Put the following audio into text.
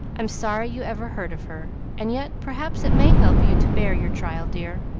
i'm sorry you ever heard of her, and yet perhaps it may help you to bear your trial, dear,